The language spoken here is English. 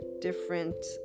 different